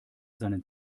seinen